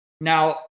Now